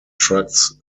trucks